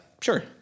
Sure